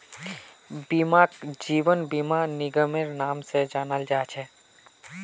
बीमाक जीवन बीमा निगमेर नाम से जाना जा छे